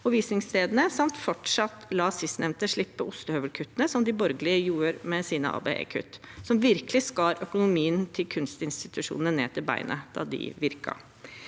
visningsstedene samt fortsatt la sistnevnte slippe ostehøvelkuttene som de borgerlige tok med sine ABE-kutt, og som virkelig skar økonomien til kunstinstitusjonene ned til beinet da de virket.